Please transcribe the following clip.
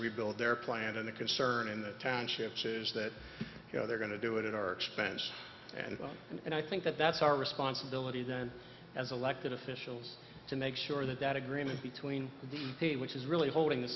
rebuild their plant and the concern in the townships is that you know they're going to do it at our expense and i think that that's our responsibility as elected officials to make sure that that agreement between the state which is really holding the